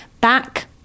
back